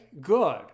good